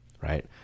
Right